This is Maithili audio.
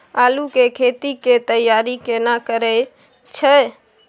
आलू के खेती के तैयारी केना करै छै?